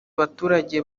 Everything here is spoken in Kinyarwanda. baturage